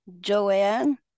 Joanne